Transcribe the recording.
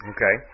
Okay